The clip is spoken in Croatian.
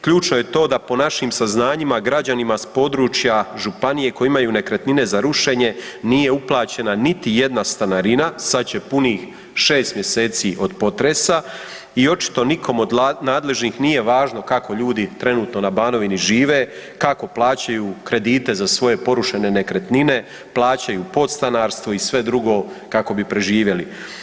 Ključno je to da po našim saznanjima građanima s područja županije koji imaju nekretnine za rušenje nije uplaćena niti jedna stanarina, sad će punih šest mjeseci od potresa i očito nikom od nadležnih nije važno kako ljudi trenutno na Banovini žive, kako plaćaju kredite za svoje porušene nekretnine, plaćaju podstanarstvo i sve drugo kako bi preživjeli.